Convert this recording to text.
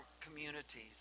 communities